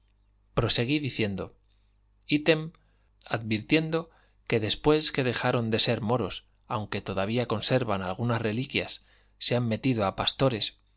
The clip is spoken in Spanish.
proseguí diciendo ítem advirtiendo que después que dejaron de ser moros aunque todavía conservan algunas reliquias se han metido a pastores